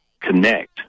connect